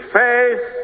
faith